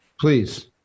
please